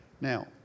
Now